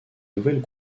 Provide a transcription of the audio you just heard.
nouvelles